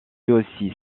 aussi